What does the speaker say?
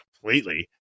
completely